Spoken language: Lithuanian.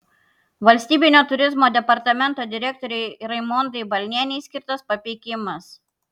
valstybinio turizmo departamento direktorei raimondai balnienei skirtas papeikimas